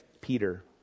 Peter